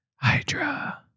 Hydra